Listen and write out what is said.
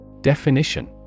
Definition